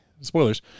spoilers